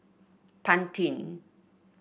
pantene